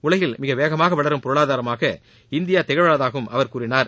உலகில் மிக வேகமாக வளரும் பொருளாதாரமாக இந்தியா திகழ்வதாகவும் அவர் கூறினார்